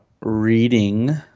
reading